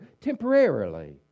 temporarily